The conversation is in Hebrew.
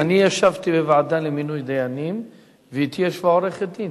אני ישבתי בוועדה למינוי דיינים ואתי ישבה עורכת-דין